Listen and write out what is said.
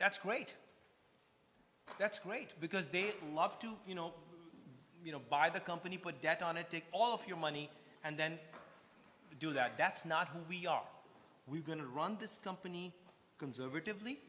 that's great that's great because they love to you know you know buy the company put debt on a dick all of your money and then to do that that's not who we are we're going to run this company conservatively